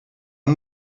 die